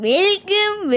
Welcome